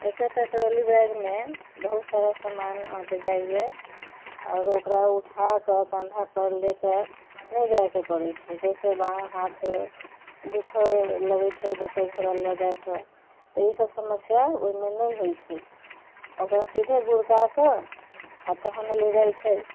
एक्के टा ट्रोली बैगमे बहुत सारा सामान अँट जाइया आ ओकरा उठाकऽ कँधा पर लेकर नहि जाइके पड़ै छै जाहिसँ बाँह हाथ दुखऽ लगै छै दोसर झोरा लऽ जाइसँ तऽ इसभ समस्या ओहिमे नहि होइ छै ओकरा सीधे गुड़काकऽ आ तखन ले जाइ छै